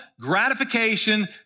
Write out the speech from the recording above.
gratification